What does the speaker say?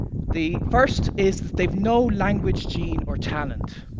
the first is they've no language gene or talent.